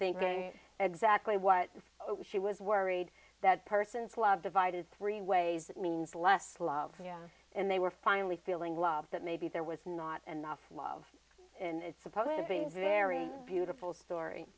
thinking exactly what she was worried that person's love divided three ways that means less love and they were finally feeling love that maybe there was not enough love in it's supposed to be very beautiful story